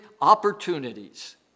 opportunities